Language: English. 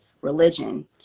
religion